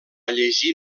llegir